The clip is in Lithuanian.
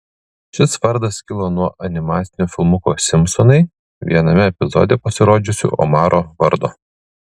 šis vardas kilo nuo animacinio filmuko simpsonai viename epizode pasirodžiusio omaro vardo